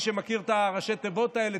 מי שמכיר את ראשי התיבות האלה,